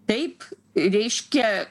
taip reiškia